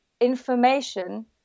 information